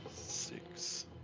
six